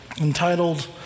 entitled